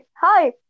Hi